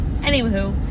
Anywho